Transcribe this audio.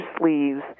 sleeves